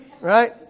right